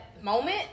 moment